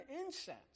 incense